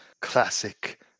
classic